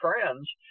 friends